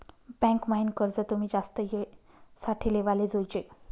bank म्हाईन कर्ज तुमी जास्त येळ साठे लेवाले जोयजे